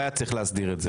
והיה צריך להסדיר את זה.